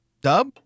dub